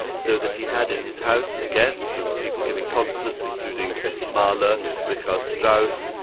so that you had in his house as guests and people giving concerts, including mahler, richard strauss,